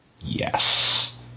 Yes